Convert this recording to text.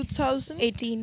2018